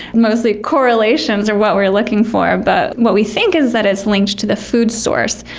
mostly correlations are what we are looking for, but what we think is that it's linked to the food source.